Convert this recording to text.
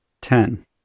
Ten